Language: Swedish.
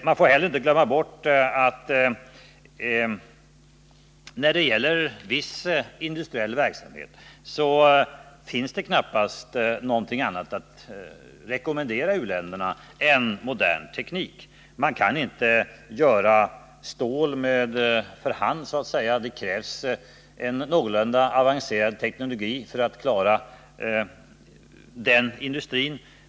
Man får heller inte glömma att det när det gäller viss industriell verksamhet knappast finns någonting annat att rekommendera u-länderna än modern teknik. Man kan inte göra stål så att säga för hand, utan det krävs en någorlunda avancerad teknologi för att klara den industrin.